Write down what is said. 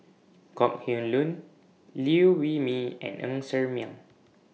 Kok Heng Leun Liew Wee Mee and Ng Ser Miang